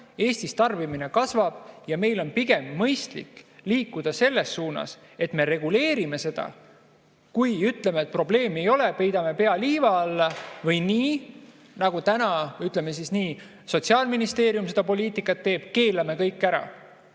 Eestis tarbimine kasvab ja meil on pigem mõistlik liikuda selles suunas, et me reguleerime seda, mitte ei ütle, et probleemi ei ole, peidame pea liiva alla või nagu täna Sotsiaalministeerium seda poliitikat teeb, keelame kõik ära.